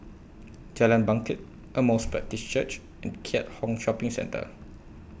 Jalan Bangket Emmaus Baptist Church and Keat Hong Shopping Centre